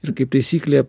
ir kaip taisyklė